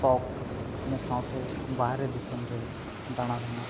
ᱥᱚᱠ ᱤᱱᱟᱹ ᱥᱟᱶᱛᱮ ᱵᱟᱦᱨᱮ ᱫᱤᱥᱚᱢ ᱨᱮ ᱫᱟᱬᱟ ᱨᱮᱱᱟᱜ ᱥᱚᱠ